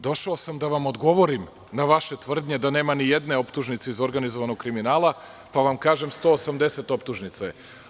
Došao sam da vam odgovorim na vaše tvrdnje da nema nije jedne otpužnice iz organizovanog kriminala, pa vam kažem 180 optužnica.